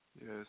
Yes